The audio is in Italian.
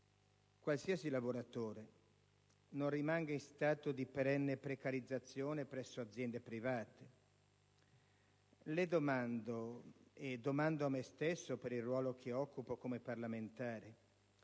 qualsiasi lavoratore non rimanga in stato di perenne precarizzazione presso aziende private. Le domando e domando a me stesso per il ruolo che occupo come parlamentare: